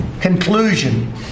conclusion